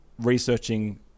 researching